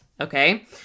okay